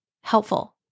helpful